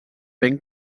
ben